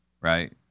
right